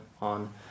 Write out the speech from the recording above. on